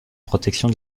protection